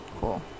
cool